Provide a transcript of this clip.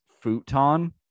futon